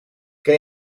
ken